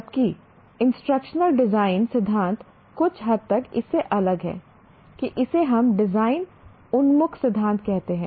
जबकि instructional design सिद्धांत कुछ हद तक इससे अलग है कि इसे हम डिजाइन उन्मुख सिद्धांत कहते हैं